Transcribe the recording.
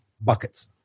buckets